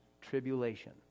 tribulation